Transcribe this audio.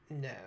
no